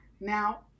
Now